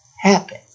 happen